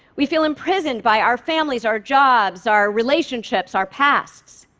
we feel imprisoned by our families, our jobs, our relationships, our pasts.